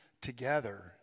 together